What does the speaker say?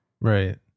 Right